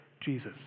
Jesus